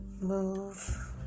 Move